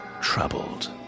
Troubled